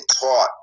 taught